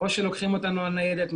או שלוקחים אותנו בניידת,